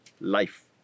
life